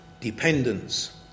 dependence